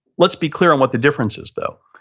let's be clear on what the differences though.